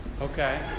Okay